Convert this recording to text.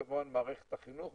כמובן מערכת החינוך,